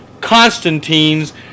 Constantine's